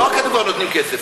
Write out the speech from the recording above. לא "כבר נותנים כסף".